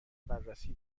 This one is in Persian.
بررسی